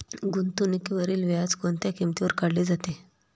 गुंतवणुकीवरील व्याज कोणत्या किमतीवर काढले जाते?